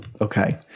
Okay